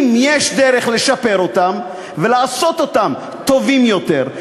אם יש דרך לשפר אותם ולעשות אותם טובים יותר,